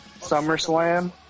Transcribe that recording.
SummerSlam